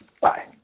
Bye